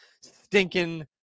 stinking